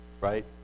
right